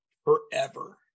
forever